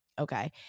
Okay